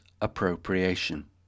appropriation